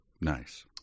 Nice